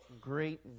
great